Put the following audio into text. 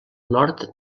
nord